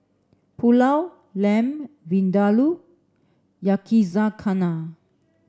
Pulao Lamb Vindaloo Yakizakana